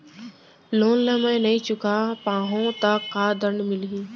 Loan ला मैं नही चुका पाहव त का दण्ड मिलही?